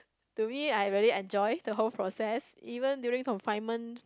to me I'm really enjoyed the whole process even during confinement